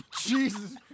Jesus